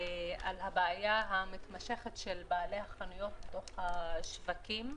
ועל הבעיה המתמשכת של בעלי החנויות בתוך השווקים.